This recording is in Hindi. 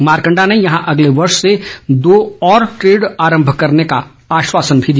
मारकण्डा ने यहां अगले वर्ष से दो और ट्रेड आरम्भ करने का आश्वासन भी दिया